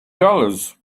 dollars